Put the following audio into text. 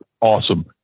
awesome